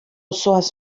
zoaz